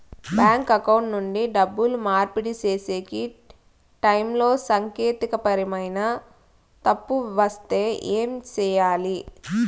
bank account నుండి డబ్బులు మార్పిడి సేసే టైములో సాంకేతికపరమైన తప్పులు వస్తే ఏమి సేయాలి